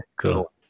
cool